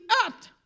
earth